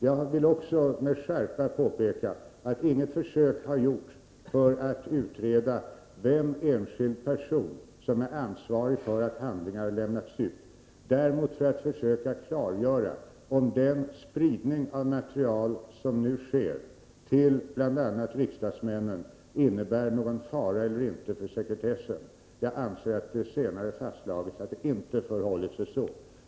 Jag vill också med skärpa påpeka att inget försök har gjorts att utreda vilken enskild person som är ansvarig för att handlingar lämnats ut, däremot att klargöra om den spridning av material som nu sker till bl.a. riksdagsmännen innebär någon fara eller inte för sekretessen. Jag anser att det har fastslagits att ingen fara föreligger.